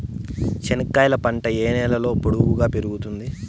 చెనక్కాయలు పంట ఏ నేలలో పొడువుగా పెరుగుతుంది?